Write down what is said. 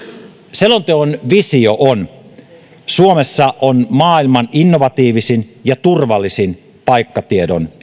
selonteon visio on se että suomessa on maailman innovatiivisin ja turvallisin paikkatiedon